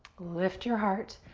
lift your heart.